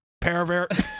pervert